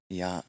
ja